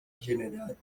generat